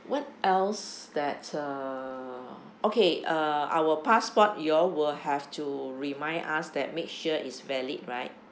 what else that uh okay uh our passport you all will have to remind us that make sure it's valid right